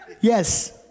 Yes